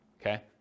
okay